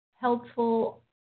helpful